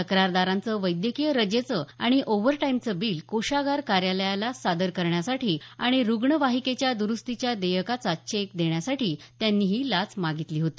तक्रारदाराचं वैद्यकीय रजेचं आणि ओव्हर टाईमचं बील कोषागार कार्यालयाला सादर करण्यासाठी आणि रुग्णवाहिकेच्या दुरुस्तीच्या देयकाचा चेक देण्यासाठी त्यांनी ही लाच मागितली होती